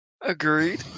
Agreed